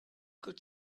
could